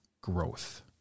growth